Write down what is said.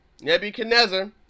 Nebuchadnezzar